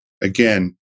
again